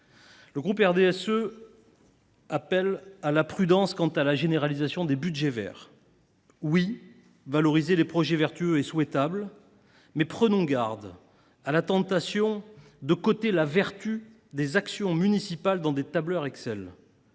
Le groupe du RDSE appelle à la prudence s’agissant de la généralisation des budgets verts. Certes, la valorisation des projets vertueux est souhaitable, mais prenons garde à la tentation de coter la vertu des actions municipales dans des tableurs Excel.